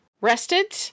rested